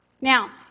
Now